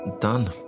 done